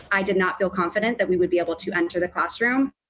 i did not feel confident that we would be able to enter the classroom.